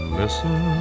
listen